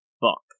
book